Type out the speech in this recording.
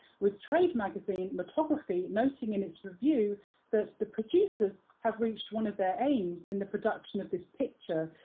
with trade magazine, motography, noting in its review that the producers have reached one of their aims in the production of this picture.